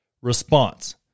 response